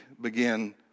begin